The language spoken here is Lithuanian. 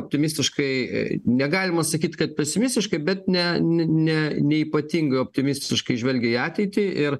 optimistiškai negalima sakyt kad pesimistiškai bet ne ne neypatingai optimistiškai žvelgia į ateitį ir